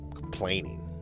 complaining